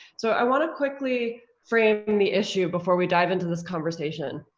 so i wanna quickly frame the issue before we dive into this conversation.